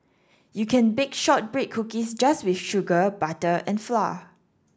you can bake shortbread cookies just with sugar butter and flour